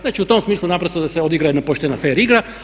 Znači u tom smislu naprosto da se odigra jedna poštena fer igra.